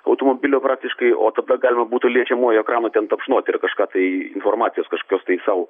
automobilio praktiškai o tada galima būtų liečiamuoju ekranu ten tapšnoti ir kažką tai informacijos kažkas tai sau